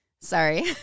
Sorry